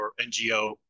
NGO